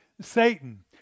Satan